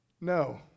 No